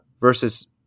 versus